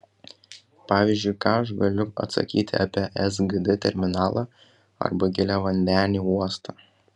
pavyzdžiui ką aš galiu atsakyti apie sgd terminalą arba giliavandenį uostą